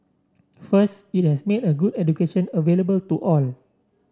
first it has made a good education available to all